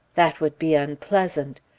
that would be unpleasant!